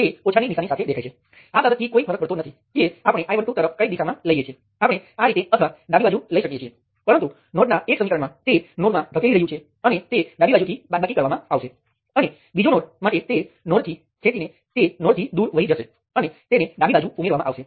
તેથી આ તે છે જે આપણી પાસે કરંટ નિયંત્રિત વોલ્ટેજ સ્ત્રોત માટે હશે